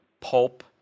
Pulp